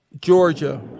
Georgia